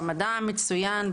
במדע המצוין,